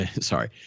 sorry